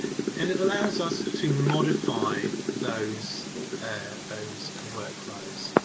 and it allows us to modify those and those and workflows.